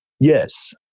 Yes